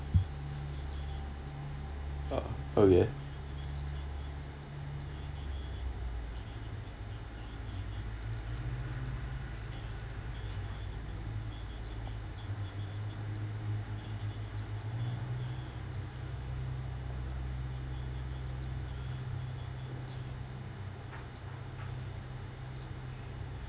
okay